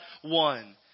one